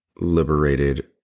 liberated